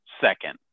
second